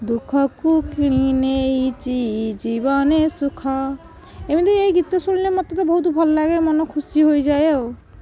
ଦୁଃଖକୁ କିଣି ନେଇଛି ଜୀବନେ ସୁଖ ଏମିତି ଏଇ ଗୀତ ଶୁଣିଲେ ମୋତେ ତ ବହୁତ ଭଲ ଲାଗେ ମନ ଖୁସି ହୋଇଯାଏ